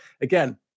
again